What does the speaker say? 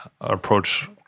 approach